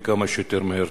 וכמה שיותר מהר.